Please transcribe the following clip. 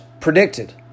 predicted